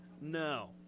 No